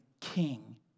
king